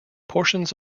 portions